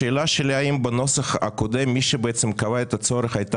השאלה שלי האם בנוסח הקודם מי שבעצם קבע את הצורך הייתה